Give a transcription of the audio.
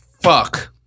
Fuck